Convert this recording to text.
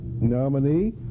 nominee